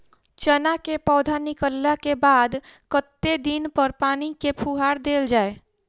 चना केँ पौधा निकलला केँ बाद कत्ते दिन पर पानि केँ फुहार देल जाएँ?